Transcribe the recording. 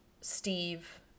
Steve